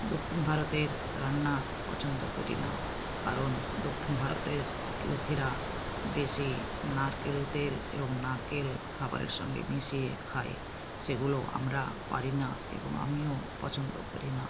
দক্ষিণ ভারতের রান্না পছন্দ করি না কারণ দক্ষিণ ভারতের লোকেরা বেশি নারকেল তেল এবং নারকেল খাবারের সঙ্গে মিশিয়ে খায় সেগুলো আমরা পারি না এবং আমিও পছন্দ করি না